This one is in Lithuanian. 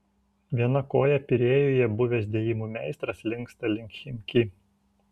viena koja pirėjuje buvęs dėjimų meistras linksta link chimki